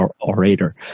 orator